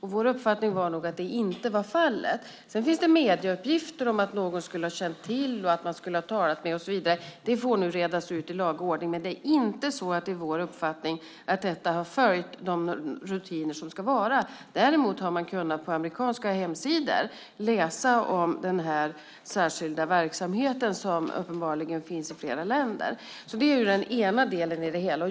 Vår uppfattning var att det inte var fallet. Sedan finns det medieuppgifter om att någon skulle ha känt till och att man skulle ha talats vid. Det får redas ut i laga ordning. Men det är inte vår uppfattning att detta har följt de rutiner som ska gälla. Däremot har man kunnat på amerikanska hemsidor läsa om den särskilda verksamhet som uppenbarligen finns i flera länder. Det är den ena delen av det hela.